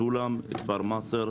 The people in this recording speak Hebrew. סולם, כפר מצר,